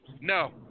No